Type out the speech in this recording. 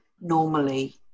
normally